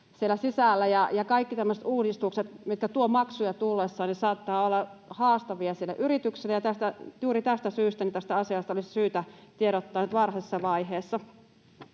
sisällä. Kaikki tämmöiset uudistukset, mitkä tuovat maksuja tullessaan, saattavat olla haastavia sille yritykselle, ja juuri tästä syystä tästä asiasta olisi syytä tiedottaa nyt varhaisessa vaiheessa.